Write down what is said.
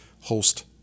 host